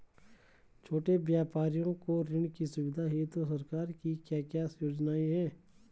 छोटे व्यापारियों को ऋण की सुविधा हेतु सरकार की क्या क्या योजनाएँ हैं?